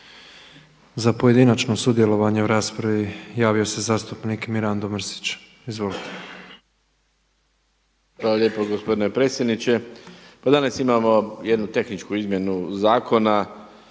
Za pojedinačno sudjelovanje u raspravi javio se zastupnik Mirando Mrsić. Izvolite.